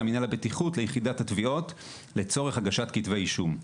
מינהל הבטיחות ליחידת התביעות לצורך הגשת כתבי אישום.